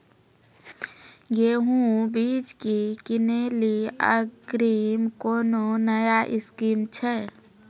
गेहूँ बीज की किनैली अग्रिम कोनो नया स्कीम छ?